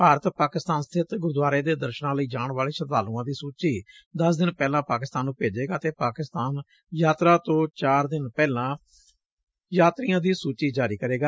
भारत पाकिस्तान स्थित ग्रूदवारों के दर्शन के लिय श्रदवाल्ओं की सूची दस दिन पहले पाकिस्तान को भैजेगा और पाकिसतान यात्रा से चार दिन पलहे यात्रियों को सूचि जारी करेगा